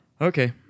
Okay